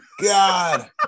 God